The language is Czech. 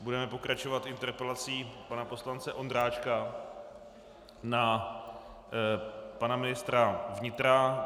Budeme pokračovat interpelací pana poslance Ondráčka na pana ministra vnitra.